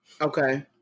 Okay